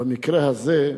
במקרה הזה,